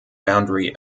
boundary